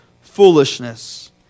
foolishness